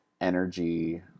energy